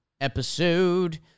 episode